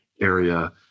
area